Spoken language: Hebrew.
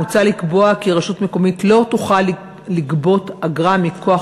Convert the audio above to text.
מוצע לקבוע כי רשות מקומית לא תוכל לגבות אגרה מכוח